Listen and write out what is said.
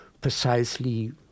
precisely